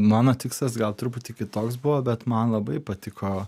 mano tikslas gal truputį kitoks buvo bet man labai patiko